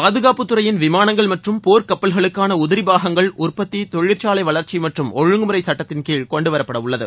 பாதுகாப்பு துறையின் விமானங்கள் மற்றும் போர் கப்பல்களுக்கான உதிரி பாகங்கள் உற்பத்தி தொழிற்சாலை வளர்ச்சி மற்றும் ஒழுங்குமுறை சட்டத்தின் கீழ் கொண்டு வரப்படவுள்ளது